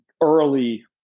early